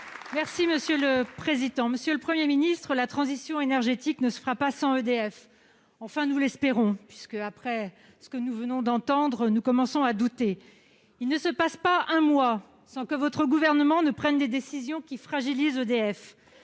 Les Républicains. Monsieur le Premier ministre, la transition énergétique ne se fera pas sans EDF. Enfin, nous l'espérons- après ce que nous venons d'entendre, nous commençons effectivement à douter ... Il ne se passe pas un mois sans que votre gouvernement prenne des décisions fragilisant EDF.